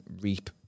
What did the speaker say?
reap